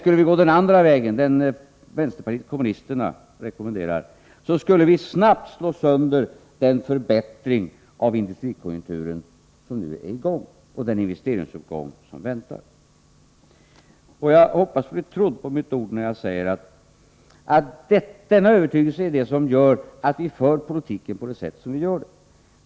Skulle vi gå den andra vägen, den vänsterpartiet kommunisterna rekommenderar, skulle vi snabbt slå sönder den förbättring av konjunkturen som nu är i gång och den investeringsuppgång som väntar. Jag hoppas bli trodd på mitt ord, när jag säger att denna övertygelse är det som vägleder oss när vi för politiken på det sätt som vi gör.